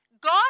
God